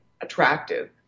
attractive